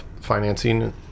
financing